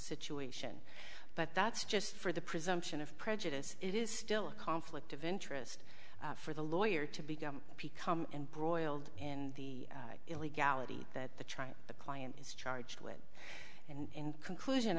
situation but that's just for the presumption of prejudice it is still a conflict of interest for the lawyer to be become embroiled in the illegality that the trying the client is charged with in conclusion